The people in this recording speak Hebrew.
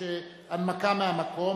הנמקה מהמקום.